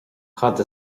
cad